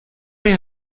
ihr